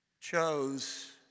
chose